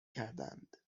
کردند